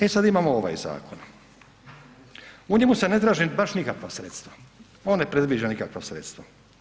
E sada imamo ovaj zakon, u njemu se ne traže baš nikakva sredstva, on ne predviđa nikakva sredstva.